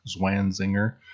Zwanzinger